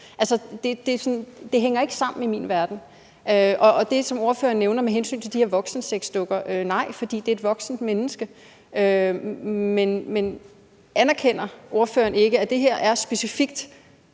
Altså, det hænger ikke sammen i min verden. Til det, som ordføreren nævner med hensyn til de her voksensexdukker, vil jeg sige: Nej, for det er et voksent menneske. Men anerkender ordføreren ikke, at det her specifikt